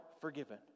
forgiven